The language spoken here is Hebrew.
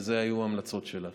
ואלו היו ההמלצות שלה.